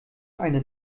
eine